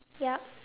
yup